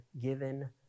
given